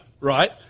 right